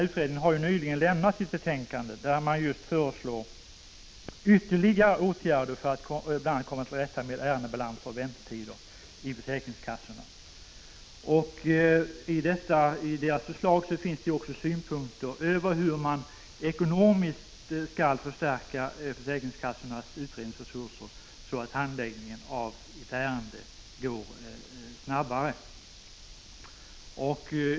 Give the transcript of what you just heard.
Utredningen har nyligen lämnat ett betänkande, där den föreslår ytterligare åtgärder för att man bl.a. skall komma till rätta med ärendebalanser och väntetider i försäkringskassorna. I utredningens förslag finns också synpunkter på hur man ekonomiskt skall förstärka försäkringskassornas utredningsresurser, så att handläggningen av ett ärende går snabbare än nu.